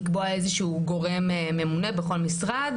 לקבוע איזשהו גורם ממונה בכל משרד,